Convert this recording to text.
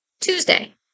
Tuesday